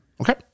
okay